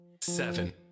seven